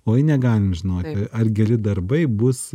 o jei negalim žinoti ar geri darbai bus